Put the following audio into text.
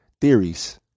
theories